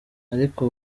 ariko